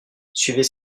suivez